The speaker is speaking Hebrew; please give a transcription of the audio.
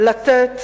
לתת